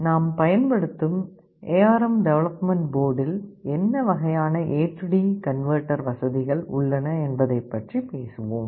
நாம் பயன்படுத்தும் ARM development போர்டில் என்ன வகையான ஏ டி கன்வெர்ட்டர் வசதிகள் உள்ளன என்பதைப் பற்றி பேசுவோம்